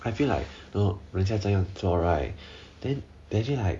I feel like 人家这样做 right then they actually like